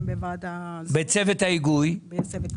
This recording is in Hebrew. נקיים את הדיון הזה ואני אבקש גם מרשות המיסים להתייחס